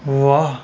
ਵਾਹ